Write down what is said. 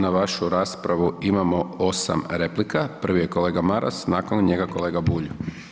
Na vašu raspravu imamo 8 replika, prvi je kolega Maras, nakon njega kolega Bulj.